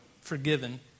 forgiven